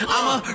I'ma